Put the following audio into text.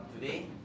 today